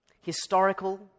historical